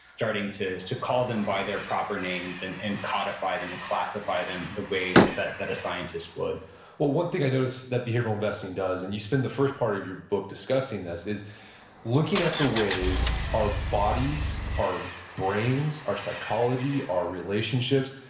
starting to to call them by their proper names and and codify them and classify them the way that that a scientist would well, one thing i noticed that behavioral investing does, and you spend the first part of your book discussing this, is looking at the ways our bodies, our brains, our psychology, our relationships,